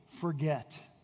forget